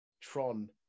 Tron